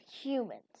Humans